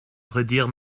redire